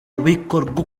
bikorwa